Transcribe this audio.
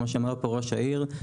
כמו שאמר פה ראש העיר,